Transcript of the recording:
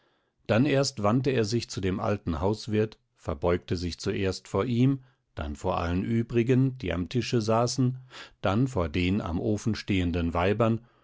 dann erst wandte er sich zu dem alten hauswirt verbeugte sich zuerst vor ihm dann vor allen übrigen die am tische saßen dann vor den am ofen stehenden weibern